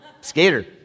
skater